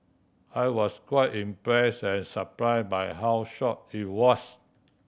I was quite impress and surprise by how short it was